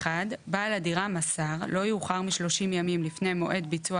(1)בעל הדירה מסר לא יאוחר משלושים ימים לפני מועד ביצוע